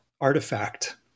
artifact